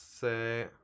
say